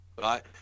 Right